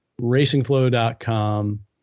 RacingFlow.com